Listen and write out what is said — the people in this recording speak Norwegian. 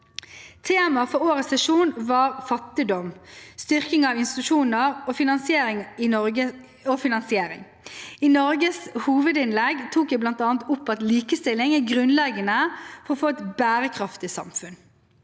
Tema for årets sesjon var fattigdom, styrking av institusjoner og finansiering. I Norges hovedinnlegg tok jeg bl.a. opp at likestilling er grunnleggende for å få et bærekraftig samfunn.